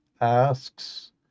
asks